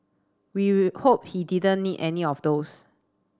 we we hope he didn't need any of those